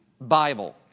Bible